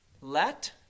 Let